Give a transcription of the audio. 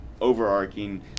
overarching